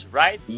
right